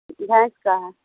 بھینس کا ہے